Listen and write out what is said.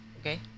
Okay